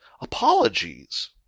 Apologies